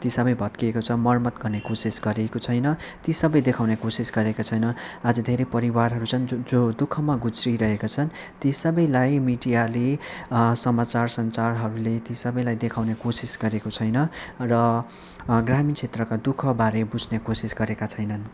ती सबै भत्किएको छ मरम्मत गर्ने कोसिस गरिएको छैन ती सबै देखाउने कोसिस गरेका छैन आज धेरै परिवारहरू छन् जो जो दुःखमा गुज्रिरहेका छन् ती सबैलाई मिडियाले समाचार सञ्चारहरूले ती सबैलाई देखाउने कोसिस गरेको छैन र ग्रामीण क्षेत्रका दुःखबारे बझ्ने कोसिस गरेका छैनन्